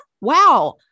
wow